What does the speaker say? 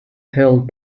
held